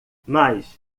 mas